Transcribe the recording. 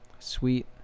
sweet